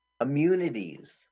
Immunities